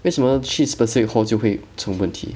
为什么去 specific hall 后就会出问题